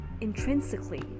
intrinsically